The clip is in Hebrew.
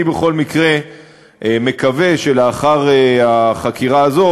אני בכל מקרה מקווה שלאחר החקירה הזו,